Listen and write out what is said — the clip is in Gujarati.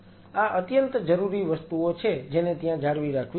આ અત્યંત જરૂરી વસ્તુઓ છે જેને ત્યાં જાળવી રાખવી પડશે